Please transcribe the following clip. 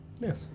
Yes